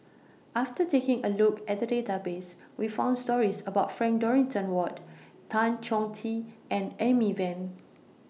after taking A Look At The Database We found stories about Frank Dorrington Ward Tan Chong Tee and Amy Van